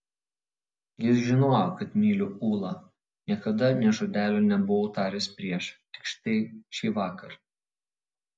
jis žinojo kad myliu ulą niekada nė žodelio nebuvo taręs prieš tik štai šįvakar